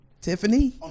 Tiffany